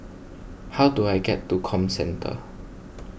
how do I get to Comcentre